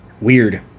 weird